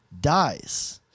dies